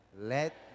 let